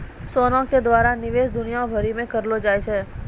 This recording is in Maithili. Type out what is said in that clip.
सोना के द्वारा निवेश दुनिया भरि मे करलो जाय छै